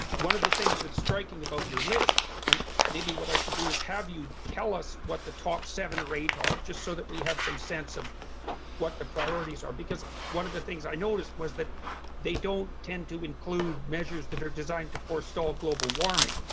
one of the things that's striking about your list and maybe what i should do is have you tell us what the top seven or eight are just so that we have some sense of what the priorities are because one of the things i noticed was that they don't tend to include measures that are designed to forestall global warming